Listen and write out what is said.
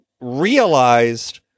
realized